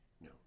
No